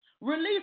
Release